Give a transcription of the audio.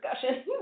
discussion